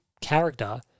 character